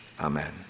Amen